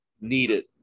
needed